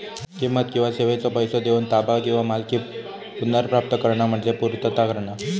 किंमत किंवा सेवेचो पैसो देऊन ताबा किंवा मालकी पुनर्प्राप्त करणा म्हणजे पूर्तता करणा